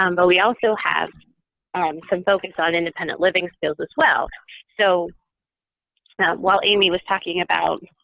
um but we also have some focus on independent living skills as well so now while amy was talking about.